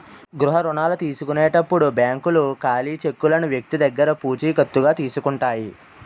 గృహ రుణాల తీసుకునేటప్పుడు బ్యాంకులు ఖాళీ చెక్కులను వ్యక్తి దగ్గర పూచికత్తుగా తీసుకుంటాయి